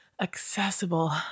Accessible